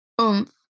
oomph